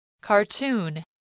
cartoon